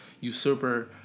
usurper